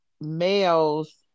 males